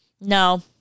No